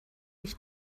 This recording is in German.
ich